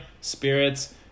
Spirits